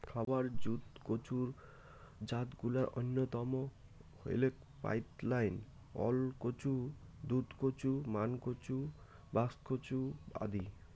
খাবার জুত কচুর জাতগুলার অইন্যতম হইলেক পাইদনাইল, ওলকচু, দুধকচু, মানকচু, বাক্সকচু আদি